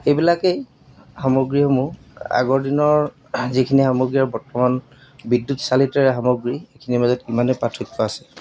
এইবিলাকেই সামগ্ৰীসমূহ আগৰ দিনৰ যিখিনি সামগ্ৰী আৰু বৰ্তমান বিদ্যুৎ চালিতৰে সামগ্ৰী এইখিনিৰ মাজত ইমানেই পাৰ্থক্য আছে